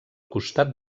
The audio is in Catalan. costat